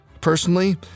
personally